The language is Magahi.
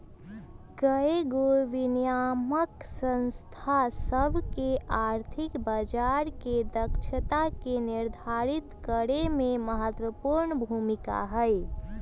कयगो विनियामक संस्था सभ के आर्थिक बजार के दक्षता के निर्धारित करेमे महत्वपूर्ण भूमिका हइ